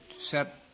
set